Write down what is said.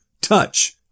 touch